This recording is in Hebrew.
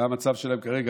מה המצב שלהם כרגע.